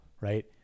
right